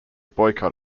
boycott